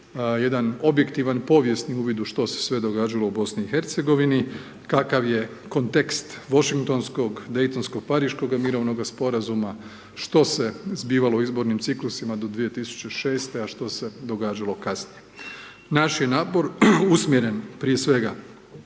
jedan objektivan povijesni uvid u što se sve događalo u BiH, kakav je kontekst Washingtonskog, Daytonskog, Pariškoga mirovnoga sporazuma, što se zbivalo u izbornim ciklusima do 2006.,a što se događalo kasnije. Naš je napor usmjeren, prije svega,